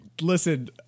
Listen